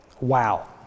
wow